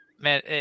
Man